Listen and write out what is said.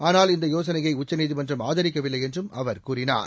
ஆனால் இந்த யோசனையை உச்சநீதிமன்றம் ஆதரிக்கவில்லை என்றும் அவர் கூறினார்